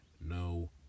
no